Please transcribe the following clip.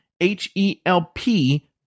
H-E-L-P